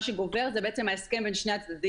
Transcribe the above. מה שגובר זה ההסכם בין שני הצדדים.